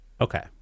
Okay